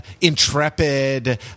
intrepid